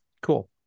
cool